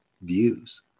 views